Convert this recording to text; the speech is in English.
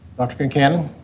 dr. kincannon,